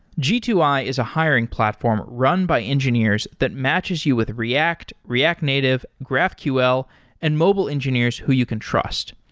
g two i is a hiring platform run by engineers that matches you with react, react native, graphql and mobile engineers who you can trust.